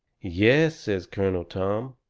yes! says colonel tom,